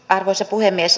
arvoisa puhemies